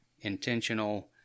intentional